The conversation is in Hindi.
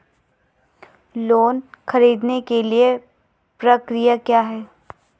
लोन ख़रीदने के लिए प्रक्रिया क्या है?